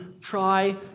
try